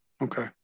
Okay